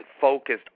focused